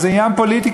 אז זה עניין פוליטי,